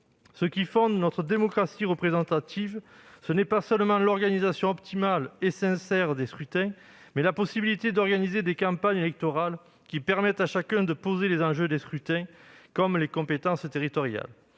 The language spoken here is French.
Ce qui fonde notre démocratie représentative, ce n'est pas seulement l'organisation optimale et sincère des scrutins ; c'est la possibilité d'organiser des campagnes électorales permettant à chacun de poser les enjeux des scrutins, comme les compétences territoriales.